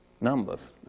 Numbers